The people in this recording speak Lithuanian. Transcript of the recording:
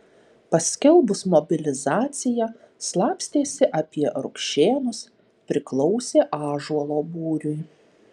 paskelbus mobilizaciją slapstėsi apie rukšėnus priklausė ąžuolo būriui